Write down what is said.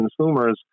consumers